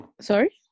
sorry